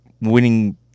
winning